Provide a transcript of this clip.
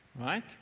right